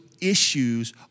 issues